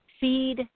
feed